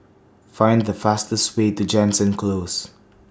gind The fastest Way to Jansen Close